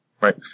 Right